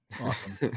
Awesome